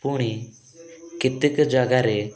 ପୁଣି କେତେକ ଜାଗାରେ